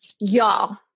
y'all